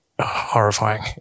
horrifying